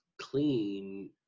clean